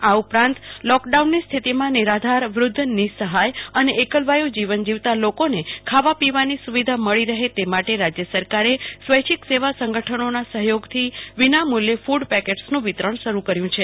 આ ઉપરાંત લોકડાઉનની સ્થીતિમાં નિરાધાર વૃધ્ધ નિઃસહાય અને એકલવાયું જીવન જીવા લોકોને ખાવા પીવાની સુવિધા મળી રહે તે માટે રાજ્ય સરકારે સ્વૈચ્છિક સેવા સંગઠનોના સહયોગથી વિના મુલ્યે ફૂડપેકેટસનું વિતરણ શરૂ કરાયું છે